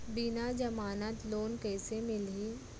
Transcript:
बिना जमानत लोन कइसे मिलही?